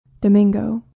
Domingo